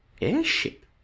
airship